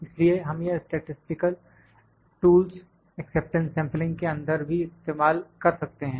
इसलिए हम यह स्टैटिसटिकल टूल्स एक्सेप्टेंस सेंपलिंग के अंदर भी इस्तेमाल कर सकते हैं